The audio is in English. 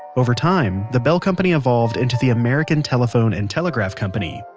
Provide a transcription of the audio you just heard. over time, the bell company evolved into the american telephone and telegraph company,